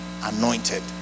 anointed